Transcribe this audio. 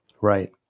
Right